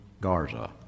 Garza